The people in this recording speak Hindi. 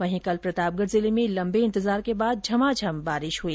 वहीं कल प्रतापगढ जिले में लम्बे इंतजार के बाद झमाझम बारिश हुई